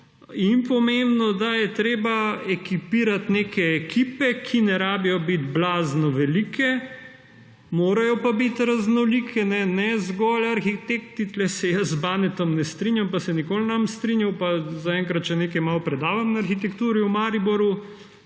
in pomembno, da je treba ekipirati neke ekipe, ki ni treba, da so blazno velike, morajo pa biti raznolike, ne zgolj arhitekti. Tu se jaz z Banetom ne strinjam pa se nikoli ne bom strinjal. Zaenkrat še nekaj malega predavam na arhitekturi v Mariboru,